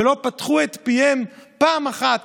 ולא פתחו את פיהן פעם אחת